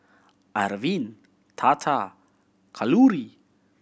Arvind Tata and Kalluri